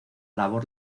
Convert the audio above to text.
labor